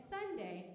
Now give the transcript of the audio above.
Sunday